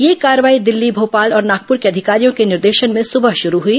यह कार्रवाई दिल्ली भोपाल और नागपुर के अधिकारियों के निर्देशन में सुबह शुरू हुई